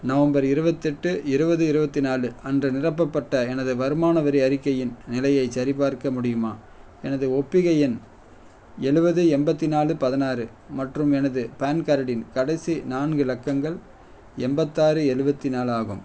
November இருபத்தெட்டு இருபது இருபத்தி நாலு அன்று நிரப்பப்பட்ட எனது வருமான வரி அறிக்கையின் நிலையைச் சரிபார்க்க முடியுமா எனது ஒப்புகை எண் எழுவது எண்பத்தி நாலு பதினாறு மற்றும் எனது பான் கார்டின் கடைசி நான்கு இலக்கங்கள் எண்பத்தாறு எழுவத்தி நாலு ஆகும்